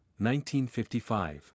1955